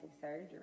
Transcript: surgery